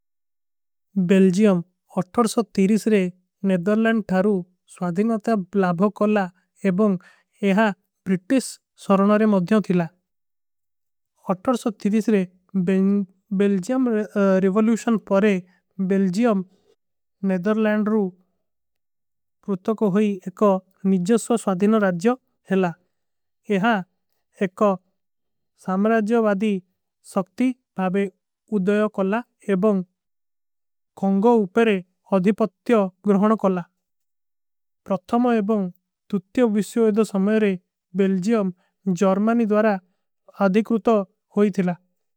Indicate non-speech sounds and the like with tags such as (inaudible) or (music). ବେଲ୍ଜିଯମ ଅଠର ସୋ ତୀରିଶ ରେ ନେଦରଲଂଡ ଥାରୂ ସ୍ଵାଧିନତ୍ଯା ବ୍ଲାଭୋ। କୋଲା ଏବଂଗ ଏହା ପ୍ରିଟିସ ସରଣରେ ମଦ୍ଯୋଂ ଥିଲା ଅଠର ସୋ ତୀରିଶ ରେ। ବେଲ୍ଜିଯମ (hesitation) ରେଵୋଲୂଶନ ପରେ ବେଲ୍ଜିଯମ। ନେଦରଲଂଡ (hesitation) ରୂ ପ୍ରୁତକୋ ହୋଈ ଏକ ନିଜଶ୍ଵ। ସ୍ଵାଧିନ ରାଜ୍ଯୋ ହେଲା ଏହା ଏକ ସାମରାଜ୍ଯଵାଦୀ ସକ୍ତି ଭାଵେ। ଉଦଯୋ କୋଲା ଏବଂଗ (hesitation) କଂଗୋ ଉପେରେ ଅଧିପତ୍ଯୋ। ଗ୍ରହନୋ କୋଲା ପ୍ରତ୍ଥମା ଏବଂଗ ତୁତ୍ତ୍ଯ ଵିଶ୍ଯୋ ହେଦା ସମଯରେ। ବେଲ୍ଜିଯମ ଜର୍ମାନୀ ଦ୍ଵାରା ଆଧିକ ରୂତୋ ହୋଈ ଥିଲା।